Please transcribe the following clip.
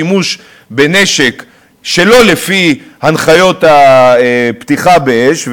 מי שיעמוד לדין אם יעשה שימוש בנשק שלא לפי הנחיות הפתיחה באש,